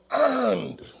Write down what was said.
earned